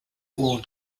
all